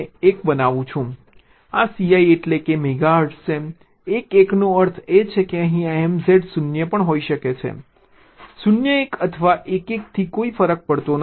આ Cl એટલે કે MZ છે 1 1 નો અર્થ છે કે અહીં આ MZ 0 પણ હોઈ શકે છે 0 1 અથવા 1 1 થી કોઈ ફરક પડતો નથી